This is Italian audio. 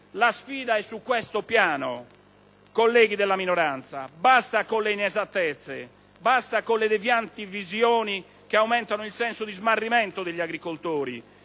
La sfida è su questo piano, colleghi della minoranza. Basta con le inesattezze, basta con le devianti visioni che aumentano il senso di smarrimento degli agricoltori